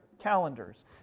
calendars